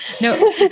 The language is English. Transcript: No